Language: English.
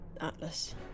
atlas